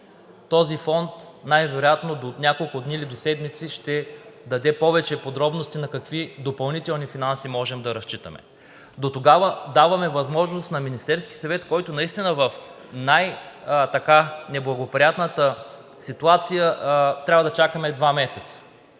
Този фонд най-вероятно до няколко дни или до седмици ще даде повече подробности на какви допълнителни финанси можем да разчитаме. Дотогава даваме възможност на Министерския съвет, който наистина в най неблагоприятната ситуация трябва да чакаме два месеца,